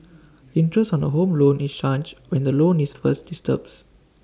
interest on A home loan is charged when the loan is first disbursed